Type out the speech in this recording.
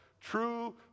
true